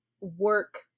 work